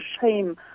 shame